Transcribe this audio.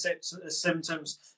symptoms